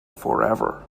forever